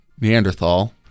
neanderthal